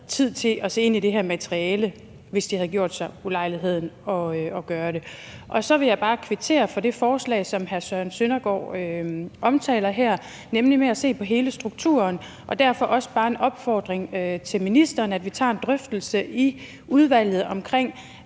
tid til at se ind i det her materiale, hvis de havde gjort sig ulejligheden at gøre det. Så vil jeg bare kvittere for det forslag, som hr. Søren Søndergaard omtaler her, nemlig med at se på hele strukturen. Derfor er det også bare en opfordring til ministeren om, at vi tager en drøftelse i udvalget om,